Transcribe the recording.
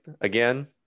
again